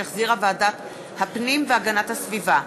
שהחזירה ועדת הפנים והגנת הסביבה.